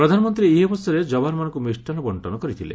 ପ୍ରଧାନମନ୍ତ୍ରୀ ଏହି ଅବସରରେ ଯବାନମାନଙ୍କୁ ମିଷ୍ଟାନ୍ନ ବଣ୍ଟନ କରିଥିଲେ